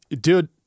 Dude